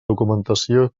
documentació